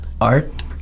art